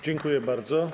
Dziękuję bardzo.